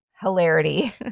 hilarity